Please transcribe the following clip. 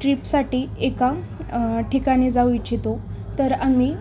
ट्र्रीपसाठी एका ठिकाणी जाऊ इच्छितो तर आम्ही